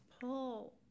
pull